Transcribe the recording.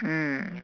mm